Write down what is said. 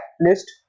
list